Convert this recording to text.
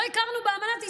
לא הכרנו באמנת איסטנבול.